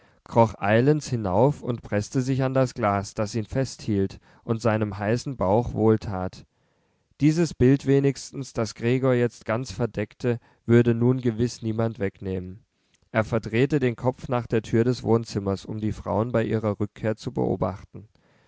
hinauf und preßte sich an das glas das ihn festhielt und seinem heißen bauch wohltat dieses bild wenigstens das gregor jetzt ganz verdeckte würde nun gewiß niemand wegnehmen er verdrehte den kopf nach der tür des wohnzimmers um die frauen bei ihrer rückkehr zu beobachten